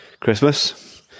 Christmas